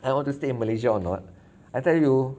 I want to stay in malaysia or not I tell you